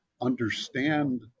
understand